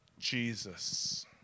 Jesus